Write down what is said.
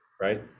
right